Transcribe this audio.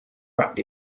wrapped